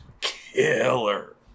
killer